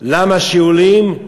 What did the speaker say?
למה שאולים?